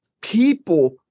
people